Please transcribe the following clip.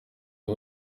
aho